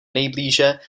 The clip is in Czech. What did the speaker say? nejblíže